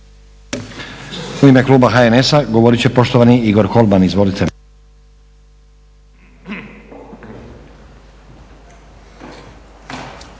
U ime kluba HNS-a govorit će poštovani Igor Kolman. Izvolite.